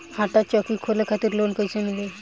आटा चक्की खोले खातिर लोन कैसे मिली?